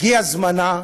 הגיע זמנה,